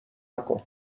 نکن